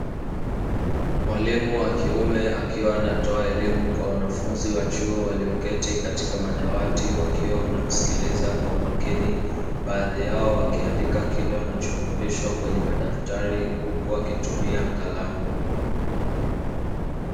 Mwalimu wa kiume akiwa anatoa elimu kwa wanafunzi wa chuo, walioketi katika madawati, wakiwa wanamsikiliza kwa umakini. Baadhi yao wakiandika kile wanachofundishwa kwenye madaftari, huku wakitumia kalamu.